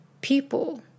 people